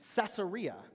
Caesarea